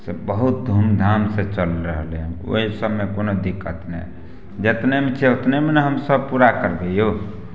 से बहुत धूमधाम से चल रहल हन ओइ सभमे कोनो दिक्कत नहि जतनेमे छियै ओतनेमे ने हमसभ पूरा करबै यौ